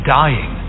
dying